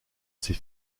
ces